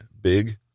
big